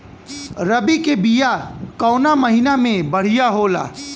रबी के बिया कवना महीना मे बढ़ियां होला?